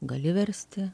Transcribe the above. gali versti